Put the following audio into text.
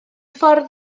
ffordd